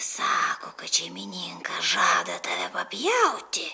sako kad šeimininkas žada tave papjauti